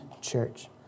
church